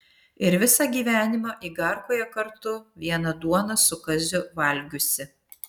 ir visą gyvenimą igarkoje kartu vieną duoną su kaziu valgiusi